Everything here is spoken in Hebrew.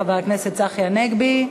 חבר הכנסת צחי הנגבי,